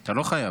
אתה לא חייב.